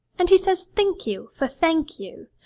and he says think you for thank you,